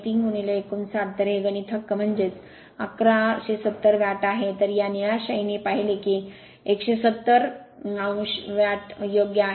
०3 59 तर हे गणित हक्क म्हणजेच ११ 1170 वॅट आहे तर या निळ्या शाईने हे पाहिले की १7070० वॅट योग्य आहे